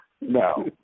No